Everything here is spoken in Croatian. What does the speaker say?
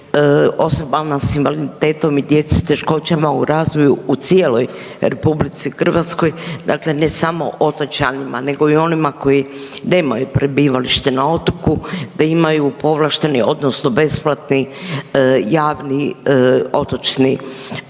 osobama s invaliditetom i djeci s teškoćama u razvoju u cijeloj RH, dakle ne samo otočanima, nego i onima koji nemaju prebivalište na otoku da imaju povlašteni odnosno besplatni javni otočni